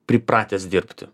pripratęs dirbti